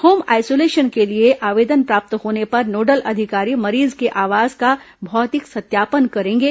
home isolation के लिए आवेदन प्राप्त होने पर नोडल अधिकारी मरीज के आवास का भौतिक सत्यापन करेंगे